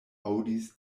aŭdis